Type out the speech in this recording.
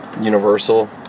Universal